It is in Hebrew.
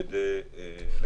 מצוין.